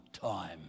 time